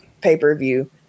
pay-per-view